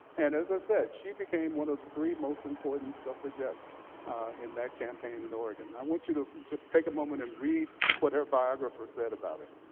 and as i said, she became one of the three most important suffragettes in that campaign in oregon. i want you to just take a moment and read what her biographer said about her.